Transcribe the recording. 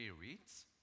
reads